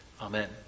Amen